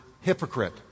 hypocrite